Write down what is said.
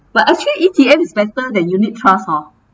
but actually E_T_F is better than unit trust hor